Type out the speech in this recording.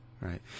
right